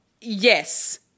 Yes